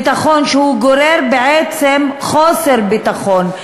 ביטחון שגורר בעצם חוסר ביטחון,